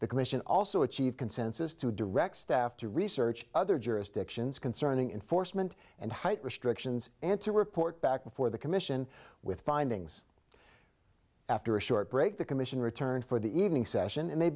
the commission also achieve consensus to direct staff to research other jurisdictions concerning enforcement and height restrictions and to report back before the commission with findings after a short break the commission returned for the evening session and they